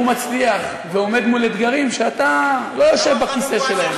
הוא מצליח ועומד מול אתגרים שמול אלה שאתה לא יושב בכיסא שלהם.